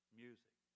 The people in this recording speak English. music